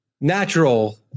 natural